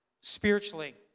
spiritually